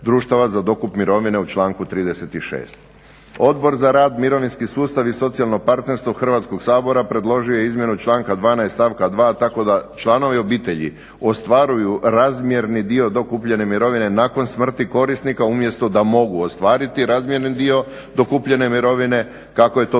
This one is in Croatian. društava za dokup mirovine u članku 36. Odbor za rad, mirovinski sustav i socijalno partnerstvo Hrvatskog sabora predložio je izmjenu članka 12. stavka 2. tako da članovi obitelji ostvaruju razmjerni dio dokupljene mirovine nakon smrti korisnika umjesto da mogu ostvariti razmjerni dio dokupljene mirovine kako je to